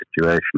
situation